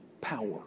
power